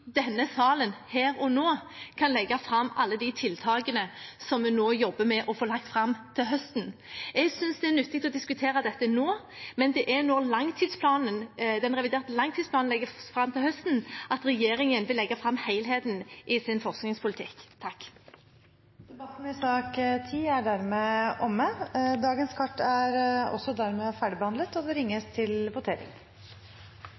denne salen, her og nå, kan legge fram alle de tiltakene som vi nå jobber med å få lagt fram til høsten. Jeg synes det er nyttig å diskutere dette nå, men det er når den reviderte langtidsplanen legges fram til høsten, regjeringen vil legge fram helheten i sin forskningspolitikk. Debatten i sak nr. 10 er dermed omme. Da er